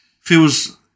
feels